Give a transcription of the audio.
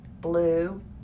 blue